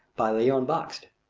by leon bakst.